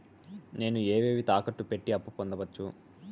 నేను ఏవేవి తాకట్టు పెట్టి అప్పు పొందవచ్చు?